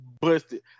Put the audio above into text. busted